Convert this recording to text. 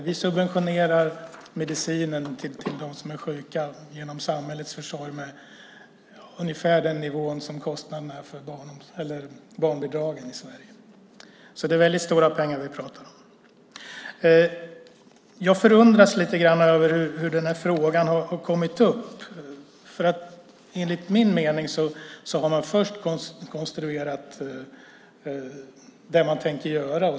Vi subventionerar medicinen till dem som är sjuka genom samhällets försorg med ungefär den nivå som kostnaderna är för barnbidragen i Sverige. Så det är väldigt stora pengar vi pratar om. Jag förundras lite grann över hur den här frågan har kommit upp. Enligt min mening har man först konstruerat det man tänker göra.